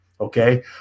Okay